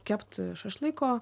kept šašlyko